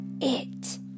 it